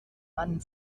mann